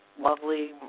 lovely